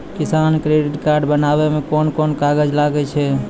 किसान credit card बनाबै मे कोन कोन कागज लागै छै?